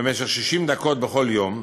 במשך 60 דקות בכל יום.